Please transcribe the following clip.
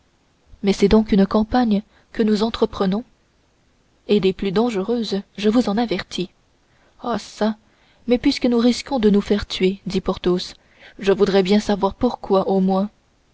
mais est-ce donc une campagne que nous entreprenons et des plus dangereuses je vous en avertis ah çà mais puisque nous risquons de nous faire tuer dit porthos je voudrais bien savoir pourquoi au moins